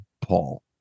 Paul